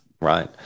right